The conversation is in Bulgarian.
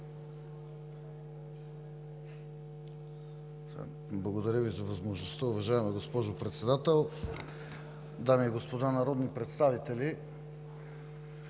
Благодаря Ви за възможността. Уважаема госпожо Председател, дами и господа народни представители!